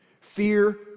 Fear